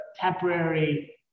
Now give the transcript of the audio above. temporary